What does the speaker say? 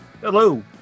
Hello